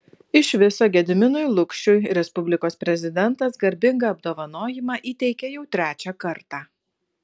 iš viso gediminui lukšiui respublikos prezidentas garbingą apdovanojimą įteikė jau trečią kartą